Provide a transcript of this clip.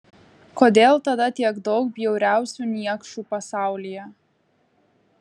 kodėl tada tiek daug bjauriausių niekšų pasaulyje